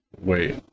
Wait